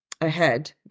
ahead